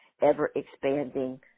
ever-expanding